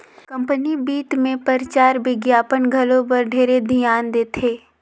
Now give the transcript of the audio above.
company बित मे परचार बिग्यापन घलो बर ढेरे धियान देथे